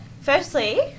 Firstly